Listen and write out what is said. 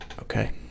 okay